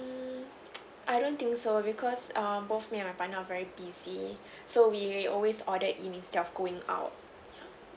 mm I don't think so because um both me and my partner are very busy so we always ordered in instead of going out